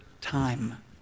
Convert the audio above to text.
time